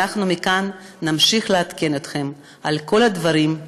אנחנו מכאן נמשיך לעדכן אתכם בכל הדברים,